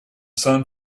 sun